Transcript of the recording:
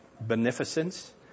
beneficence